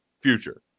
future